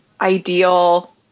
ideal